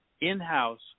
in-house